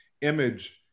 image